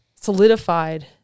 solidified